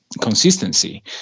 consistency